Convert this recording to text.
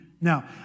Now